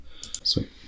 Sweet